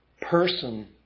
person